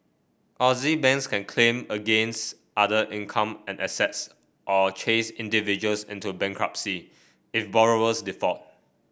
Aussie banks can claim against other income and assets or chase individuals into bankruptcy if borrowers default